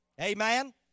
Amen